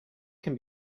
can